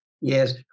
Yes